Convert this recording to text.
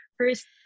first